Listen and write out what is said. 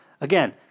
Again